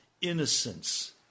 innocence